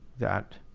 that